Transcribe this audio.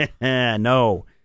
No